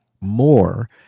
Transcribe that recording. more